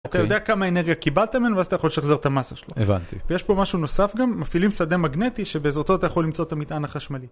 אתה יודע כמה אנרגיה קיבלת ממנו ואז אתה יכול לשחזר את המסה שלו. הבנתי. ויש פה משהו נוסף גם, מפעילים שדה מגנטי שבעזרתו אתה יכול למצוא את המטען החשמלי.